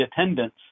attendance